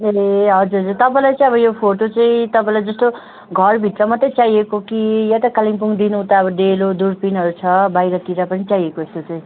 ए हजुर तपाईँलाई चाहिँ अब यो फोटो चाहिँ तपाईँलाई जस्तो घरभित्र मात्रै चाहिएको कि या त कालिम्पोङदेखि उता डेलो दुर्पिनहरू छ बाहिरतिर पनि चाहिएको यस्तो चाहिँ